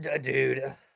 dude